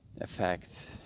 effect